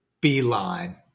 beeline